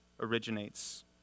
originates